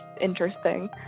interesting